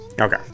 Okay